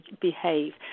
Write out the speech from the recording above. behave